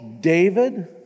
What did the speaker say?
David